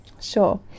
sure